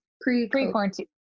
pre-quarantine